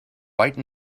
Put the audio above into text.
white